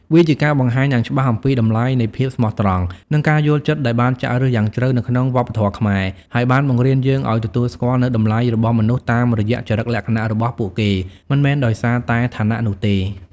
វាជាការបង្ហាញយ៉ាងច្បាស់អំពីតម្លៃនៃភាពស្មោះត្រង់និងការយល់ចិត្តដែលបានចាក់ឫសយ៉ាងជ្រៅនៅក្នុងវប្បធម៌ខ្មែរ ហើយបានបង្រៀនយើងឲ្យទទួលស្គាល់នូវតម្លៃរបស់មនុស្សតាមរយៈចរិតលក្ខណៈរបស់ពួកគេ មិនមែនដោយសារតែឋានៈនោះទេ។